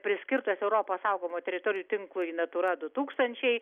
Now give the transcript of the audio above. priskirtas europos saugomų teritorijų tinklui natura du tūkstančiai